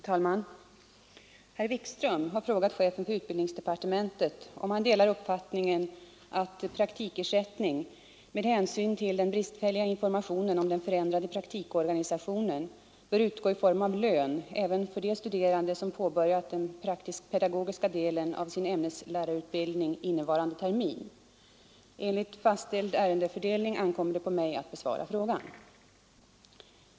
Herr talman! Herr Wikström har frågat chefen för utbildningsdepartementet, om han delar uppfattningen att praktikersättningen — med hänsyn till den bristfälliga informationen om den förändrade praktikorganisationen — bör utgå i form av lön även till de studerande som påbörjat den praktisk-pedagogiska delen av sin ämneslärarutbildning innevarande termin. Enligt fastställd ärendefördelning ankommer det på mig att besvara frågan.